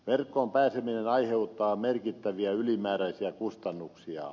verkkoon pääseminen aiheuttaa merkittäviä ylimääräisiä kustannuksia